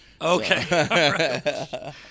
Okay